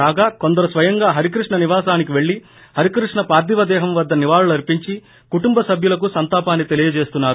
కాగా కొందరు స్వయంగా హరికృష్ణ నివాసానికి పెళ్ళి హరికృష్ణ పార్గివ దేహం వద్ద నివాళులు అర్పించి కుటుంబ సభ్యులకు సంతాపాన్ని తెలియజేస్తున్నారు